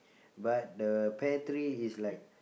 but the pear tree is like